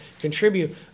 contribute